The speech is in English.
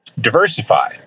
diversify